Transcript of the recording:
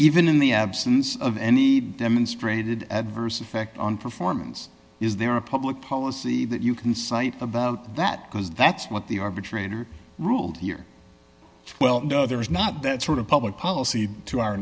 even in the absence of any demonstrated adverse effect on performance is there a public policy that you can cite about that because that's what the arbitrator ruled here well there's not that sort of public policy to our